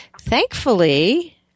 thankfully